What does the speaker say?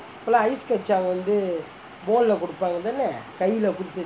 அப்பலாம்:appalaam ais kacang வந்து:vanthu bowl lah குடுப்பாங்கே தானே கைலே குடுத்து:kudupangae thaanae kailae kuduthu